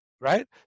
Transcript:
right